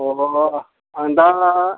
र' आं दा